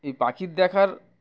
এই পাখির দেখার